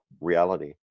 reality